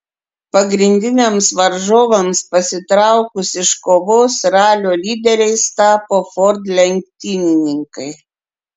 pagrindiniams varžovams pasitraukus iš kovos ralio lyderiais tapo ford lenktynininkai